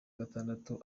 gatandatu